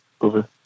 Over